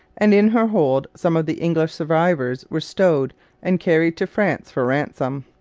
and in her hold some of the english survivors were stowed and carried to france for ransom.